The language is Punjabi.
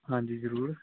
ਹਾਂਜੀ ਜ਼ਰੂਰ